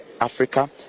Africa